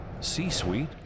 C-Suite